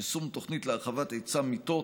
יישום תוכנית להרחבת היצע מיטות,